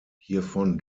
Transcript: hiervon